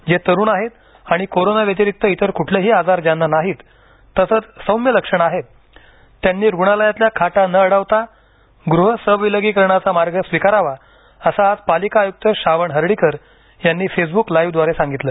जे तरुण आहेत आणि कोरोनाव्यतिरिक्त इतर कुठलेही आजार ज्यांना नाहीत तसंच सौम्य लक्षणं आहेत त्यांनी रुग्णालयातल्या खाटा न अडवता गृह स्वविलगीकरणाचा मार्ग स्वीकारावा असं आज पालिका आयुक्त श्रावण हर्डीकर यांनी फेसब्क लाईव्हद्वारे सांगितलं